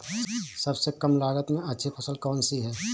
सबसे कम लागत में अच्छी फसल कौन सी है?